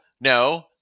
no